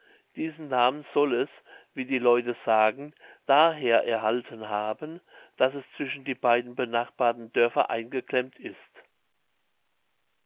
diesen namen soll es wie die leute sagen daher erhalten haben daß es zwischen die beiden benachbarten dörfer eingeklemmt ist